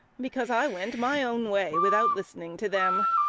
because i went my own way without listening to them.